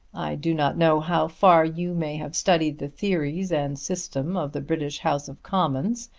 i do not know how far you may have studied the theories and system of the british house of commons,